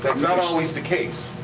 not always the case.